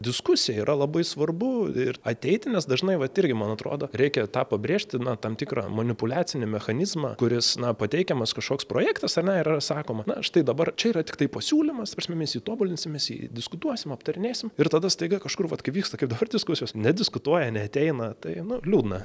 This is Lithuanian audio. diskusija yra labai svarbu ir ateiti nes dažnai vat irgi man atrodo reikia tą pabrėžti na tam tikrą manipuliacinį mechanizmą kuris na pateikiamas kažkoks projektas ar ne ir yra sakoma na štai dabar čia yra tiktai pasiūlymas ta prasme mes jį tobulinsim mes jį diskutuosim aptarinėsim ir tada staiga kažkur vat kai vyksta kaip dabar diskusijos nediskutuoja neateina tai nu liūdna